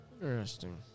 Interesting